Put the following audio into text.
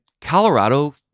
Colorado